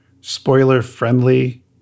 spoiler-friendly